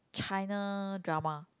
China drama